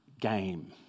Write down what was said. game